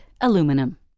aluminum